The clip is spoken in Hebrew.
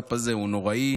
הווטסאפ הזה הוא נוראי,